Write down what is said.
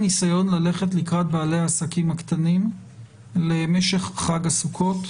ניסיון ללכת לקראת בעלי העסקים הקטנים למשך חג הסוכות,